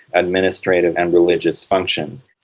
administrative and religious functions.